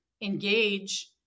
engage